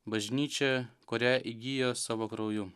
bažnyčią kurią įgijo savo krauju